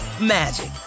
magic